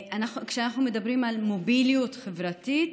כשאנחנו מדברים על מוביליות חברתית,